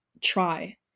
try